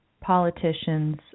politicians